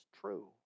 true